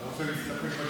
אתה רוצה להסתפק בתשובה?